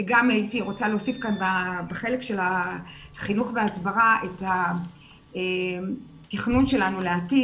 שגם הייתי רוצה להוסיף בחלק של החינוך וההסברה את התכנון שלנו לעתיד.